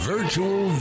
Virtual